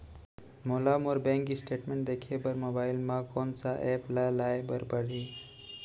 मोला मोर bank statement देखे बर मोबाइल मा कोन सा एप ला लाए बर परही?